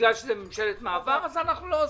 בגלל שזאת ממשלת מעבר אנחנו לא עושים,